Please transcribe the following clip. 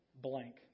blank